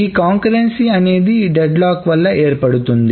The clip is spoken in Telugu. ఈ కంకరెన్సీ అనేది డెడ్ లాక్ వల్ల ఏర్పడుతుంది